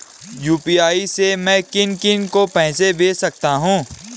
UPI से मैं किन किन को पैसे भेज सकता हूँ?